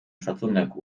szacunek